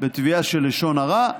בתביעה של לשון הרע,